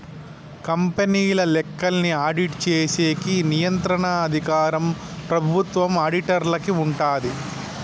కంపెనీల లెక్కల్ని ఆడిట్ చేసేకి నియంత్రణ అధికారం ప్రభుత్వం ఆడిటర్లకి ఉంటాది